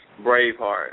Braveheart